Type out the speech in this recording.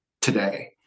today